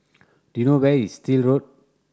do you know where is Still Road